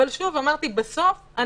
אבל בסוף,